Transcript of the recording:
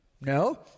No